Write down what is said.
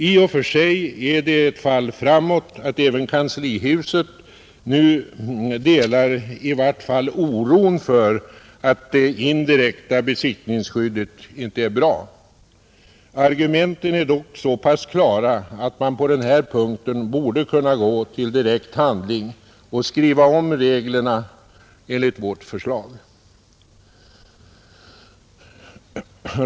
I och för sig är det ett fall framåt att även kanslihuset nu delar oron för att det indirekta besittningsskyddet inte är bra. Argumenten är dock så pass klara att man även på den här punkten borde kunna gå till direkt handling och skriva om reglerna enligt vårt förslag.